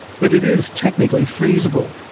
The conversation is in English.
but it is technically feasible.